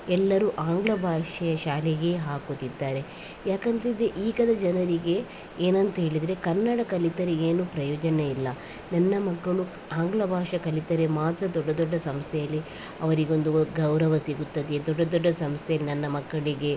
ಎಲ್ಲರೂ ಆಂಗ್ಲ ಭಾಷೆ ಶಾಲೆಗೆ ಹಾಕುತ್ತಿದ್ದಾರೆ ಯಾಕಂತಂದರೆ ಈಗ ಜನರಿಗೆ ಏನಂತ ಹೇಳಿದರೆ ಕನ್ನಡ ಕಲಿತರೆ ಏನು ಪ್ರಯೋಜನ ಇಲ್ಲ ನನ್ನ ಮಕ್ಕಳು ಆಂಗ್ಲ ಭಾಷೆ ಕಲಿತರೆ ಮಾತ್ರ ದೊಡ್ಡ ದೊಡ್ಡ ಸಂಸ್ಥೆಯಲ್ಲಿ ಅವರಿಗೊಂದು ಗೌರವ ಸಿಗುತ್ತದೆ ದೊಡ್ಡ ದೊಡ್ಡ ಸಂಸ್ಥೆಯಲ್ಲಿ ನನ್ನ ಮಕ್ಕಳಿಗೆ